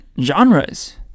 genres